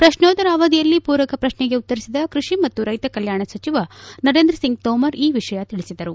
ಪ್ರಶ್ನೋತ್ತರ ಅವಧಿಯಲ್ಲಿ ಪೂರಕ ಪ್ರಶ್ನೆಗೆ ಉತ್ತರಿಸಿದ ಕೃಷಿ ಮತ್ತು ರೈಸ ಕಲ್ಯಾಣ ಸಚಿವ ನರೇಂದ್ರಸಿಂಗ್ ತೋಮರ್ ಈ ವಿಷಯ ತಿಳಿಸಿದರು